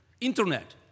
Internet